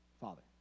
father